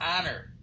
honor